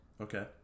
Okay